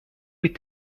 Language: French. est